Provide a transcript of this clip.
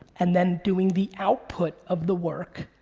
and then doing the output of the work,